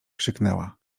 krzyknęła